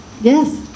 Yes